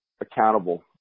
accountable